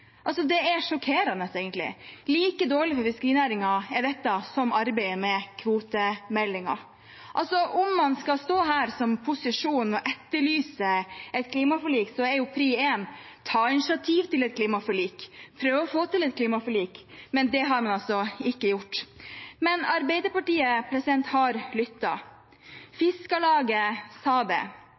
Det er sjokkerende, egentlig. Dette arbeidet er like dårlig for fiskerinæringen som arbeidet med kvotemeldingen. Om man skal stå her som posisjon og etterlyse et klimaforlik, er jo pri én å ta initiativ til et klimaforlik, prøve å få til et klimaforlik. Det har man altså ikke gjort. Arbeiderpartiet har lyttet. Fiskarlaget